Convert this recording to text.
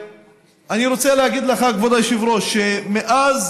ואני רוצה להגיד לך, כבוד היושב-ראש, שמאז